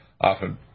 often